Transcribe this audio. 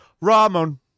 Ramon